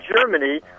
Germany